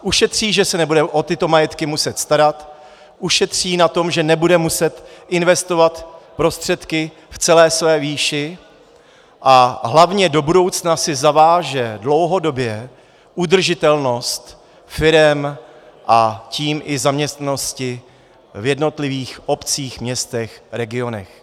Ušetří, že se nebude o tyto majetky muset starat, ušetří na tom, že nebude muset investovat prostředky v celé jejich výši, a hlavně do budoucna si zaváže dlouhodobě udržitelnost firem, a tím i zaměstnanosti v jednotlivých obcích, městech, regionech.